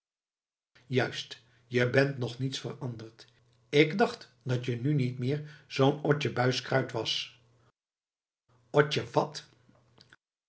juist je bent nog niets veranderd ik dacht dat je nu niet meer zoo'n otje buiskruit was